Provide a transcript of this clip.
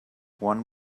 one